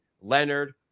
Leonard